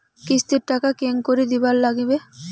কিস্তির টাকা কেঙ্গকরি দিবার নাগীবে?